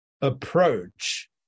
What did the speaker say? approach